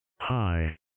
Hi